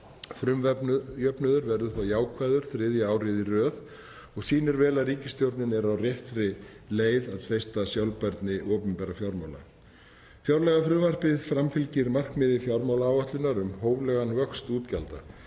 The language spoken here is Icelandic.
Frumjöfnuður verður þá jákvæður þriðja árið í röð og sýnir vel að ríkisstjórnin er á réttri leið við að treysta sjálfbærni opinberra fjármála. Fjárlagafrumvarpið framfylgir markmiði fjármálaáætlunar um hóflegan vöxt útgjalda.